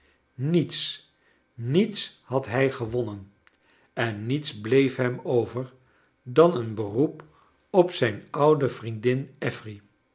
niets niets had hij gewonnen en niets bleef hem over dan een beroep op zijn oude vriendin affery